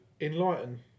enlighten